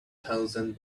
thousand